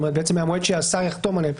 בעצם מהמועד שהשר יחתום עליהן.